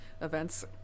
events